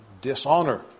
dishonor